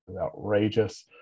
outrageous